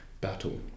battle